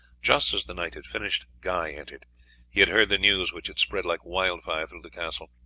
just as the knight had finished, guy entered. he had heard the news, which had spread like wildfire through the castle.